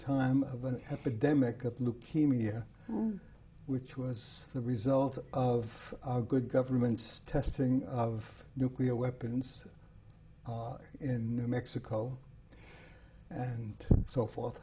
time of an epidemic of leukemia which was the result of our good government's testing of nuclear weapons in new mexico and so forth